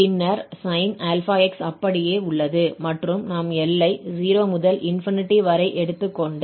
பின்னர் sin αx அப்படியே உள்ளது மற்றும் நாம் எல்லை 0 முதல் வரை எடுத்துக்கொண்டு e−x தொகையிட போகிறோம்